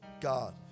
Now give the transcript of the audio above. God